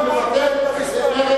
זו תשובה